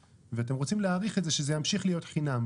ואתם רוצים להאריך את זה כך שזה ימשיך להיות חינמי.